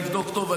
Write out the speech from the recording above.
תבדוק טוב,